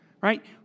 Right